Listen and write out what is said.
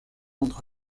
entre